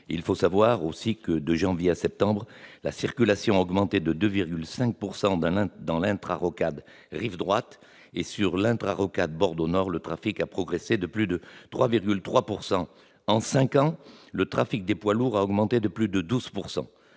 Il faut savoir que, de janvier à septembre, la circulation a augmenté de 2,5 % sur l'intrarocade rive droite et que, sur l'intrarocade Bordeaux-Nord, le trafic a progressé de plus de 3,3 %. En cinq ans, le trafic des poids lourds a crû de plus de 12 %.